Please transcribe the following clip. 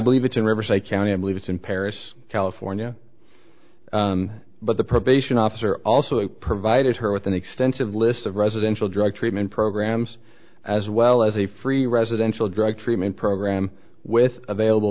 believe it's in riverside county i believe it's in paris california but the probation officer also provided her with an extensive list of residential drug treatment programs as well as a free residential drug treatment program with available